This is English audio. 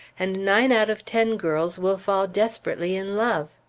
and nine out of ten girls will fall desperately in love.